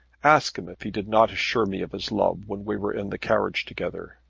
ask him if he did not assure me of his love when we were in the carriage together.